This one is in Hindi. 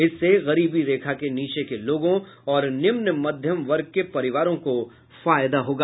इससे गरीबी रेखा के नीचे के लोगों और निम्न मध्यम वर्ग के परिवारों को फायदा होगा